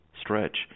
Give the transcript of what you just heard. stretch